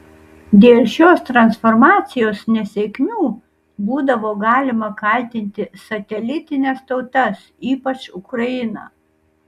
dėl šios transformacijos nesėkmių būdavo galima kaltinti satelitines tautas ypač ukrainą